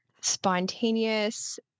spontaneous